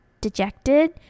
dejected